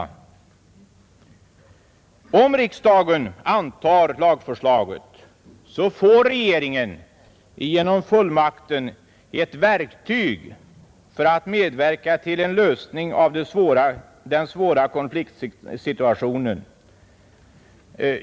Om riksdagen antar lagförslaget, får regeringen genom fullmakten ett verktyg för att medverka till en lösning av den svåra konfliktsituationen.